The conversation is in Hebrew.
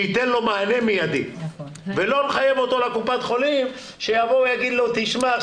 שייתן לו מענה מיידי ולא שקופת החולים תחייב אותו ותגיד לו 'תשמע,